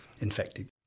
infected